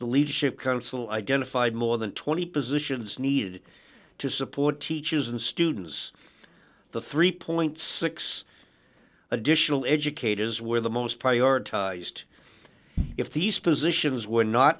the leadership council identified more than twenty positions needed to support teachers and students the three dollars additional educators where the most prioritized if these positions were not